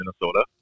Minnesota